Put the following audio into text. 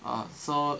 oh so